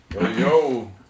Yo